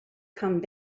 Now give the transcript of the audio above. come